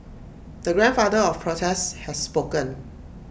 the grandfather of protests has spoken